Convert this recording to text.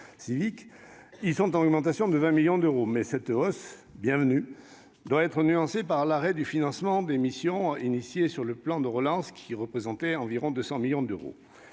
ils sont en augmentation de 20 millions d'euros. Cette hausse, bienvenue, doit être nuancée par l'arrêt du financement des missions lancées dans le cadre du plan de relance, qui représentaient environ 200 millions d'euros.